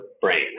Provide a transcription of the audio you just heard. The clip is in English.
brain